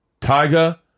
Tyga